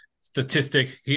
statistic –